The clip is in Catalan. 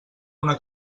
una